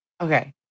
Okay